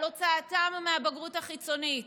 על הוצאתם מהבגרות החיצונית,